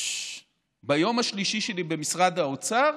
ביום השלישי שלי במשרד האוצר